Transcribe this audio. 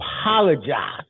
apologize